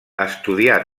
estudià